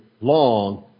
long